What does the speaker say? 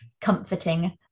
comforting